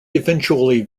eventually